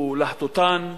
הוא להטוטן,